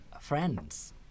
friends